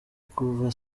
kuva